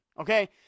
okay